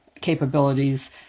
capabilities